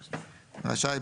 רשאי,